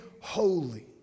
holy